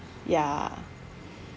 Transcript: ya